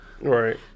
Right